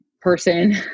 person